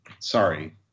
sorry